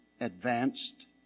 advanced